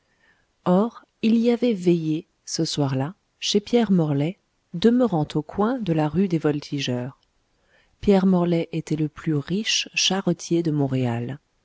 or il y avait veillée ce soir-là chez pierre morlaix demeurant au coin de la rue des voltigeurs pierre morlaix était le plus riche charretier de montréal